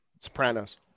Sopranos